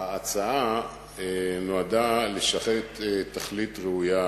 ההצעה נועדה לתכלית ראויה,